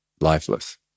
lifeless